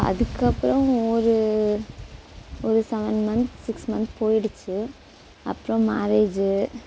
அதுக்கப்புறம் ஒரு ஒரு செவன் மன்த்ஸ் சிக்ஸ் மன்த்ஸ் போயிடுச்சு அப்புறம் மேரேஜ்